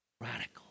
Radical